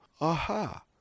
aha